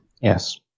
yes